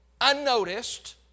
unnoticed